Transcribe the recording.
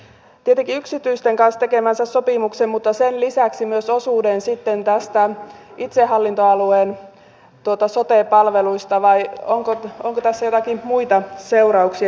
joutuvatko he maksamaan paitsi tietenkin yksityisten kanssa tekemänsä sopimuksen myös sen lisäksi osuuden sitten itsehallintoalueen sote palveluista vai onko tässä joitakin muita seurauksia